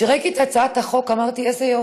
כשראיתי את הצעת החוק, אמרתי: איפה יופי.